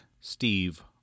Steve